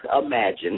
Imagine